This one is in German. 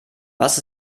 was